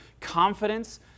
confidence